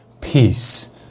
Peace